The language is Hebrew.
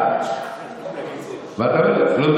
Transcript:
שחרר